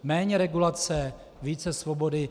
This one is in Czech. Méně regulace, více svobody.